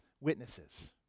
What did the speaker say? witnesses